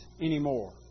anymore